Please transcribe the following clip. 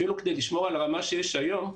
אפילו כדי לשמור על הרמה שיש היום,